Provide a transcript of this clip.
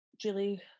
Julie